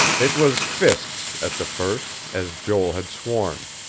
it was fists, at the first, as joel had sworn.